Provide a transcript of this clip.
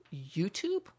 YouTube